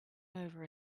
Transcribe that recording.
over